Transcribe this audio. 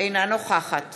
אינה נוכחת